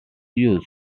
used